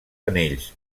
anells